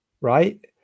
Right